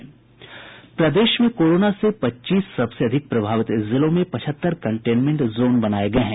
प्रदेश में कोरोना से पच्चीस सबसे अधिक प्रभावित जिलों में पचहत्तर कंटेनमेंट जोन बनाये गये हैं